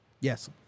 Yes